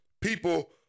people